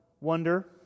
wonder